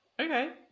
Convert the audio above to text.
Okay